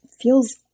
feels